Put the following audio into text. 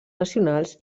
nacionals